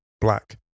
black